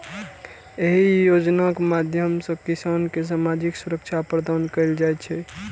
एहि योजनाक माध्यम सं किसान कें सामाजिक सुरक्षा प्रदान कैल जाइ छै